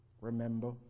remember